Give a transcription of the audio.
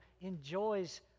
enjoys